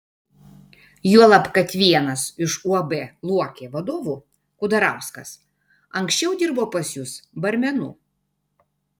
juolab kad vienas iš uab luokė vadovų kudarauskas anksčiau dirbo pas jus barmenu